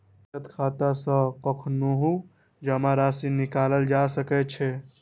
बचत खाता सं कखनहुं जमा राशि निकालल जा सकै छै